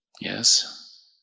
yes